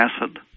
acid